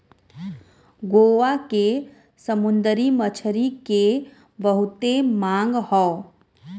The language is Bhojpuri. गोवा के समुंदरी मछरी के बहुते मांग हौ